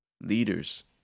leaders